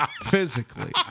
Physically